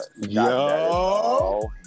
Yo